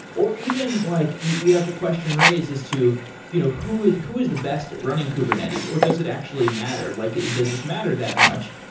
or even like you you have the question raised as to you know who is who is the best at running kubernetes, or does it actually matter? like does this matter that much?